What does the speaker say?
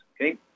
Okay